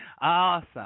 Awesome